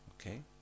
Okay